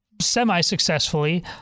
semi-successfully